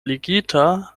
ligita